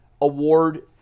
award